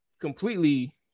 completely